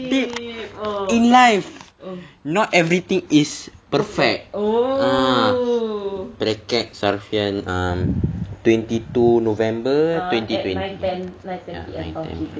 deep in life not everything is perfect ah bracket safian ah twenty two november twenty twenty ya nine ten